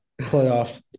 playoff